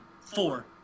four